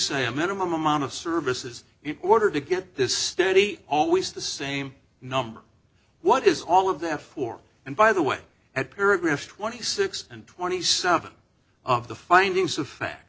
say a minimum amount of services in order to get this steady always the same number what is all of that for and by the way at paragraph twenty six and twenty seven of the findings of fact